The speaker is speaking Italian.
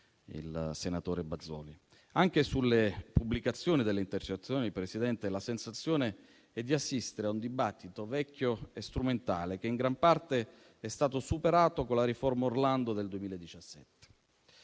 il senatore Bazoli. Anche sulla pubblicazione delle intercettazioni, la sensazione è quella di assistere a un dibattito vecchio e strumentale che in gran parte è stato superato con la cosiddetta riforma Orlando del 2017.